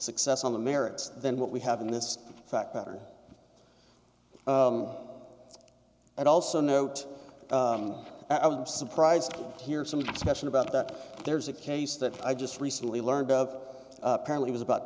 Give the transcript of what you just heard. success on the merits than what we have in this fact pattern and also note that i was surprised to hear some expression about that there's a case that i just recently learned of apparently was about